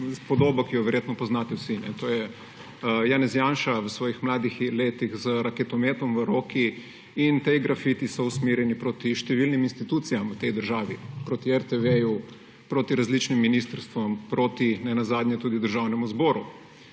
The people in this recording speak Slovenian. podobo, ki jo verjetno poznate vsi. To je Janez Janša v svojih mladih letih z raketometom v roki. In ti grafiti so usmerjeni proti številnim institucijam v tej državi; proti RTV proti različnim ministrstvom, nenazadnje tudi proti Državnemu zboru.